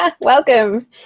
Welcome